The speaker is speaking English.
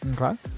okay